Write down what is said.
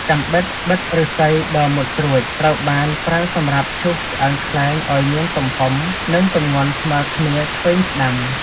កាំបិតបិតឫស្សីដ៏មុតស្រួច ត្រូវបានប្រើសម្រាប់ឈូសឆ្អឹងខ្លែងឱ្យមានទំហំ និងទម្ងន់ស្មើគ្នាឆ្វេងស្ដាំ។